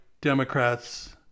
Democrats